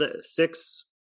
six